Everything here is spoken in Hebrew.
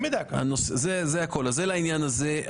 זה לעניין הזה.